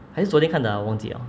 还是昨天看到啊我忘记 liao